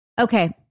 Okay